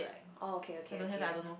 oh okay okay okay